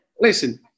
Listen